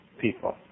people